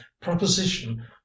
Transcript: proposition